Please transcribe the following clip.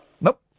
Nope